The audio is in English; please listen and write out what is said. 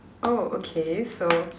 oh okay so